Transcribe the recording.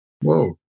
Whoa